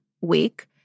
week